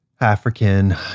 African